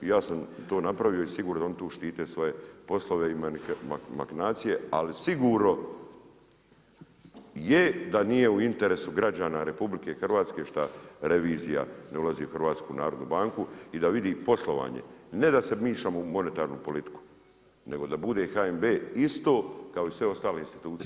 Ja sam to napravio, sigurno da oni tu štite svoje poslove i makinacije ali sigurno je da nije u interesu građana RH šta revizija ne ulazi u HNB, i da vidi poslovanje, ne da se miješamo u monetarnu politiku, nego da bude HNB isto kao i sve ostale institucije…